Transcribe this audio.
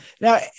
now